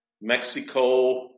Mexico